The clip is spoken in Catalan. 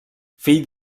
fill